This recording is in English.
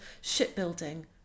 shipbuilding